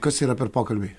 kas yra per pokalbiai